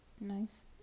Nice